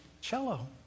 cello